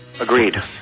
Agreed